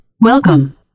Welcome